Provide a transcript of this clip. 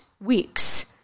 weeks